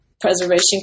preservation